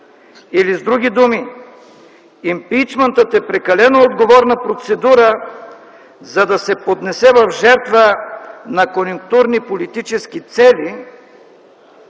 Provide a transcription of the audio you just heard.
Или с други думи, импийчмънтът е прекалено отговорна процедура, за да се поднесе в жертва на конюнктурни политически цели